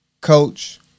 coach